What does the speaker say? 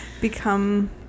become